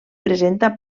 presenta